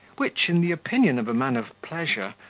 which, in the opinion of a man of pleasure,